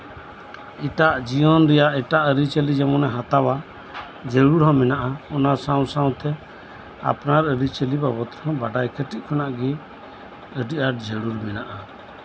ᱮᱴᱟᱜ ᱡᱤᱭᱚᱱ ᱨᱮᱭᱟᱜ ᱮᱴᱟᱜ ᱟᱹᱨᱤᱪᱟᱞᱤ ᱡᱮᱢᱚᱱᱮᱭ ᱦᱟᱛᱟᱣᱟ ᱡᱟᱹᱨᱩᱲ ᱦᱚᱸ ᱢᱮᱱᱟᱜᱼᱟ ᱚᱱᱟ ᱥᱟᱶᱼᱥᱟᱶ ᱛᱮ ᱟᱯᱱᱟᱨ ᱟᱹᱨᱤᱪᱟᱞᱤ ᱵᱟᱵᱚᱫ ᱵᱟᱰᱟᱭ ᱠᱟᱹᱴᱤᱡ ᱠᱷᱚᱱᱟᱜ ᱜᱮ ᱟᱹᱰᱤ ᱟᱸᱴ ᱡᱟᱹᱨᱩᱲ ᱢᱮᱱᱟᱜᱼᱟ